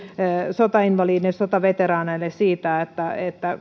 sotainvalideille ja sotaveteraaneille siitä että